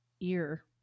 ear